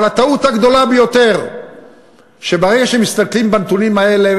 אבל הטעות הגדולה ביותר היא שברגע שמסתכלים בנתונים האלה,